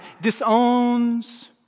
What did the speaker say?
disowns